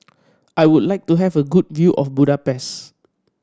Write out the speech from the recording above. I would like to have a good view of Budapest